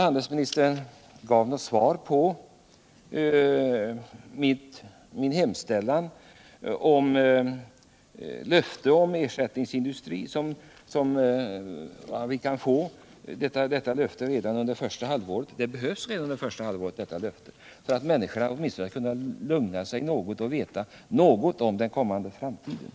Handelsministern gav inte något svar på min hemställan om löfte om ersättningsindustri. Detta löfte behövs redan under första halvåret för att människorna åtminstone skall kunna få lugn och veta något om framtiden.